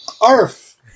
Arf